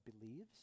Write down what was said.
believes